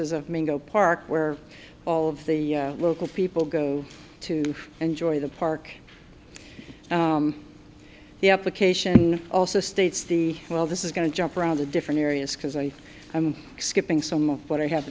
of mango park where all of the local people go to enjoy the park the application also states the well this is going to jump around the different areas because i i'm skipping some of what i ha